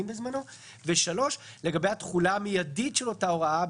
בזמנו; והשלישי לגבי התחולה המיידית של אותה הוראה,